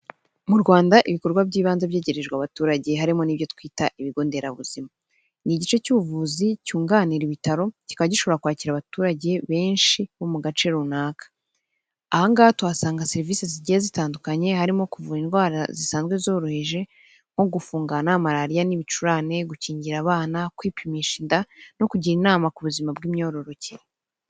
Mu Rwanda ibikorwa by'ibanze byegerejwe abaturage, harimo n'ibyo twita ibigo nderabuzima. Ni igice cy'ubuvuzi cyunganira ibitaro, kikaba gishobora kwakira abaturage benshi, bo mu gace runaka. Aha ngaha tuhasanga serivisi zigiye zitandukanye, harimo kuvura indwara zisanzwe zoroheje, nko gufungana marariya n'ibicurane, gukingira abana, kwipimisha inda, no kugira inama ku buzima bw'imyororokere.